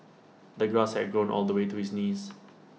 the grass had grown all the way to his knees